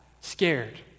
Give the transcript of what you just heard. scared